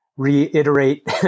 Reiterate